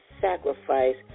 sacrifice